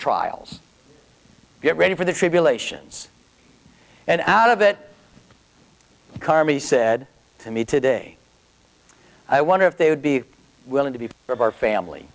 trials get ready for the tribulations and out of it karma he said to me today i wonder if they would be willing to be of our family